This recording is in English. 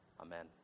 Amen